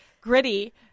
gritty